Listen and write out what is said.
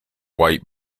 white